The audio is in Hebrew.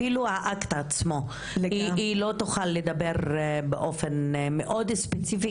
אפילו על האקט עצמו היא לא תוכל לדבר באופן מאוד ספציפי,